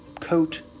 coat